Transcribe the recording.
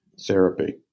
therapy